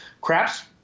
Craps